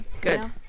Good